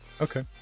Okay